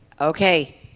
Okay